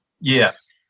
Yes